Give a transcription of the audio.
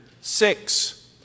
six